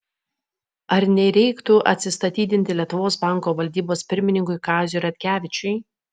ar nereiktų atsistatydinti lietuvos banko valdybos pirmininkui kaziui ratkevičiui